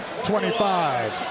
25